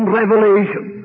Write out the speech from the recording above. revelation